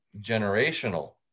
generational